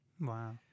Wow